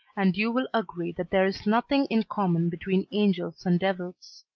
and you will agree that there is nothing in common between angels and devils.